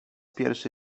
pierwszy